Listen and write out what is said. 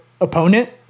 opponent